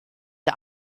der